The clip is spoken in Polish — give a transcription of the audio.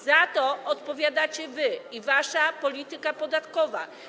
Za to odpowiadacie wy i wasza polityka podatkowa.